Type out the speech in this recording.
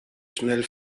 schnell